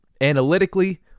Analytically